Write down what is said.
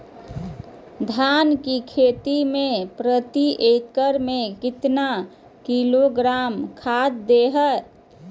धान की खेती में प्रति एकड़ में कितना किलोग्राम खाद दे?